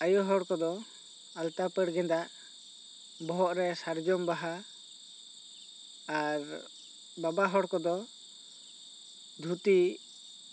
ᱟᱭᱳ ᱦᱚᱲ ᱠᱚᱫᱚ ᱟᱞᱛᱟ ᱯᱟᱹᱲ ᱜᱮᱫᱟᱜ ᱵᱚᱦᱚᱜ ᱨᱮ ᱥᱟᱨᱡᱚᱢ ᱵᱟᱦᱟ ᱟᱨ ᱵᱟᱵᱟ ᱦᱚᱲ ᱠᱚᱫᱚ ᱫᱷᱩᱛᱤ